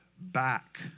back